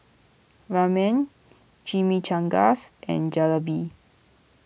Ramen Chimichangas and Jalebi